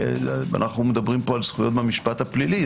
אנו מדברים על זכויות במשפט הפלילי.